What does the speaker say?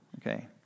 okay